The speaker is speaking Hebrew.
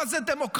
מה זה דמוקרטיה,